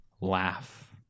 laugh